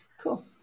Cool